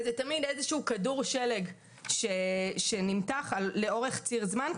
זה תמיד איזשהו כדור שלג שנמתח לאורך ציר זמן.